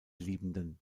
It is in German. liebenden